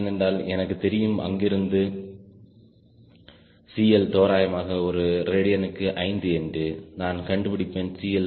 ஏனென்றால் எனக்கு தெரியும் அங்கிருந்து CL தோராயமாக ஒரு ரேடியனுக்கு 5 என்று நான் கண்டுபிடிப்பேன் CL 0